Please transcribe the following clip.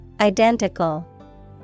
Identical